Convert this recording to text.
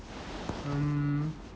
um